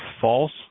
false